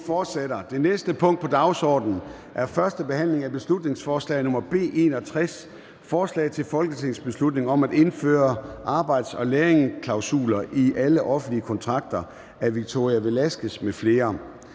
Det næste punkt på dagsordenen er: 5) 1. behandling af beslutningsforslag nr. B 61: Forslag til folketingsbeslutning om at indføre arbejds- og lærlingeklausuler i alle offentlige kontrakter. Af Victoria Velasquez (EL) m.fl.